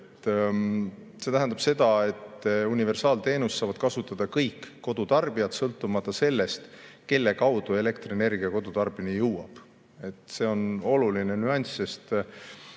See tähendab seda, et universaalteenust saavad kasutada kõik kodutarbijad sõltumata sellest, kelle kaudu elektrienergia kodutarbijani jõuab. See on oluline nüanss, sest